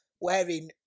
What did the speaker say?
wearing